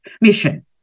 mission